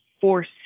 force